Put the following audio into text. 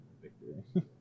victory